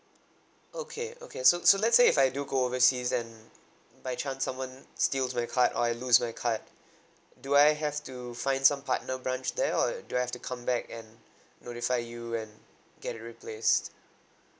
okay okay so so let's say if I do go overseas then by chance someone steals my card or I lose my card do I have to find some partner branch there or do I have to come back and notify you and get it replaced